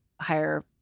higher